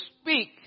speak